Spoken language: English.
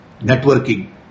networking